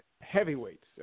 heavyweights